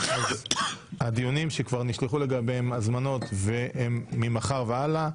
אז הדיונים שכבר נשלחו לגביהם הזמנות והם ממחר והלאה,